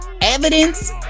evidence